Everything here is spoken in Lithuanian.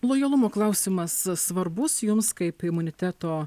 lojalumo klausimas svarbus jums kaip imuniteto